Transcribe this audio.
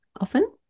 often